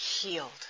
healed